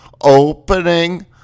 opening